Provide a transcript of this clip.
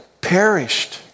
Perished